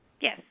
Yes